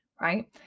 Right